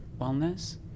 wellness